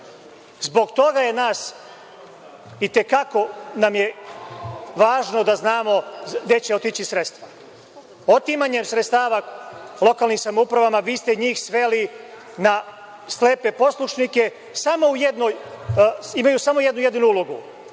Zbog toga nam je itekako važno da znamo gde će otići sredstva. Otimanjem sredstava lokalnim samoupravama vi ste njih sveli na slepe poslušnike, imaju samo jednu jedinu ulogu,